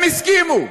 הם הסכימו,